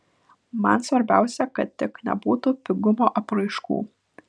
man svarbiausia kad tik nebūtų pigumo apraiškų